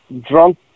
drunk